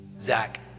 Zach